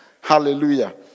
Hallelujah